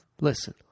Listen